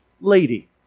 lady